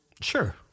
Sure